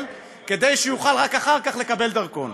כדי שהוא יוכל רק אחר כך לקבל דרכון,